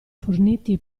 forniti